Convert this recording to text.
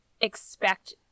expect